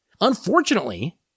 Unfortunately